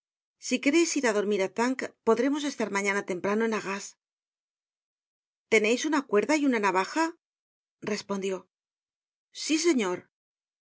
si quereis ir á dormir á tinques podremos estar mañana temprano en arras teneis una cuerda y una navaja respondió sí señor